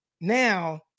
now